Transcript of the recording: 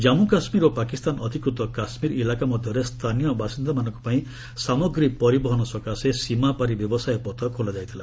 ଜାମ୍ମୁ କାଶ୍ରୀର ଓ ପାକିସ୍ତାନ ଅଧିକୃତ କାଶ୍ମୀର ଇଲାକା ମଧ୍ୟରେ ସ୍ଥାନୀୟ ବାସିନ୍ଦାମାନଙ୍କ ପାଇଁ ସାମଗ୍ରୀ ପରିବହନ ସକାଶେ ସୀମାପାରୀ ବ୍ୟବସାୟ ପଥ ଖୋଲା ଯାଇଥିଲା